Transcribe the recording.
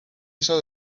hizo